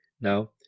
Now